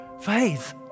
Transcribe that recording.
faith